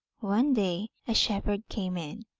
one day a shepherd came in,